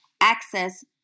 access